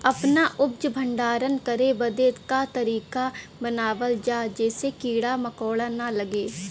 अपना उपज क भंडारन करे बदे का तरीका अपनावल जा जेसे कीड़ा मकोड़ा न लगें?